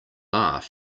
laugh